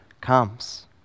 comes